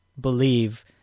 believe